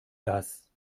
das